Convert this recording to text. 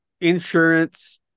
Insurance